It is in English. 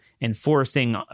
enforcing